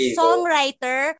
songwriter